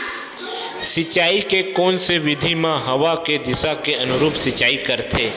सिंचाई के कोन से विधि म हवा के दिशा के अनुरूप सिंचाई करथे?